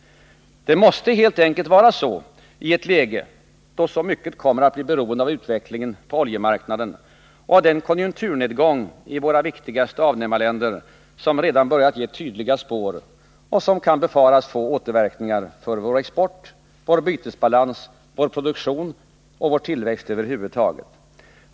Det måste helt enkelt vara så i ett läge då så mycket kommer att bli beroende av utvecklingen på oljemarknaden och av den konjunkturnedgång i våra viktigaste avnämarländer som redan har börjat ge tydliga spår och som kan befaras få återverkningar för vår export, vår bytesbalans, vår produktion och vår tillväxt över huvud taget.